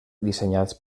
dissenyats